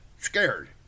scared